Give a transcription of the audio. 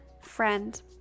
friend